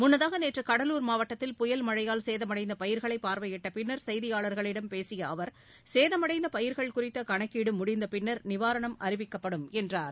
முன்னதாகநேற்றுகடலுார் மாவட்டத்தில் மழையால் புயல் சேதமடைந்தபயிர்களைபார்வையிட்டபின்னர் செய்தியாளர்களிடம் பேசியஅவர் சேதமடைந்தபயிர்கள் குறித்தகணக்கீடுமுடிந்தபின்னர் நிவாரணம் அறிவிக்ப்படும் என்றார்